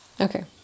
Okay